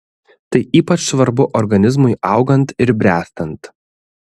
tai ypač svarbu organizmui augant ir bręstant